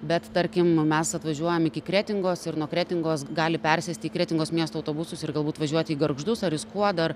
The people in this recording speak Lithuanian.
bet tarkim mes atvažiuojam iki kretingos ir nuo kretingos gali persėsti į kretingos miesto autobusus ir galbūt važiuoti į gargždus ar į skuodą ar